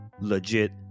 legit